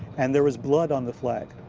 and there was blood on the flag.